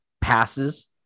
passes